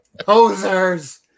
Posers